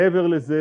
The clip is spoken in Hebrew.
מעבר לזה